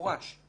כי